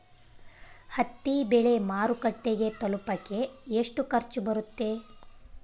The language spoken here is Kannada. ಹತ್ತಿ ಬೆಳೆ ಮಾರುಕಟ್ಟೆಗೆ ತಲುಪಕೆ ಎಷ್ಟು ಖರ್ಚು ಬರುತ್ತೆ?